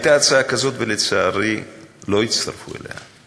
הייתה הצעה כזאת, ולצערי לא הצטרפו אליה,